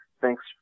thanks